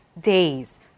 days